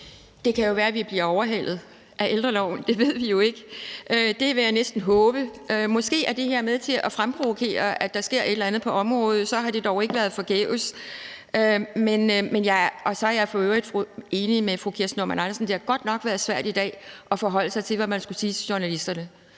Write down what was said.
Det kan jo være, at vi bliver overhalet af ældreloven – det ved vi jo ikke. Det vil jeg næsten håbe. Måske er det her med til at fremprovokere, at der sker et eller andet på området, for så har det da ikke været forgæves. Og så er jeg for øvrigt enig med fru Kirsten Normann Andersen i, at det godt nok har været svært at forholde sig til, hvad man skulle sige til journalisterne